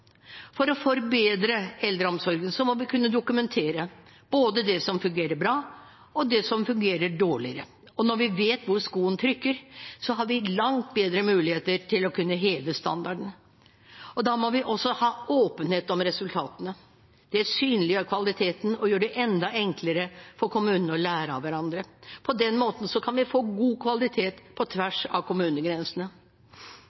For å forbedre eldreomsorgen må vi kunne dokumentere både det som fungerer bra, og det som fungerer dårligere, og når vi vet hvor skoen trykker, har vi langt bedre muligheter til å kunne heve standardene. Da må vi også ha åpenhet om resultatene. Det synliggjør kvaliteten og gjør det enda enklere for kommunene å lære av hverandre. På den måten kan vi få god kvalitet på